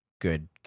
good